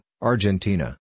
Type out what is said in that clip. Argentina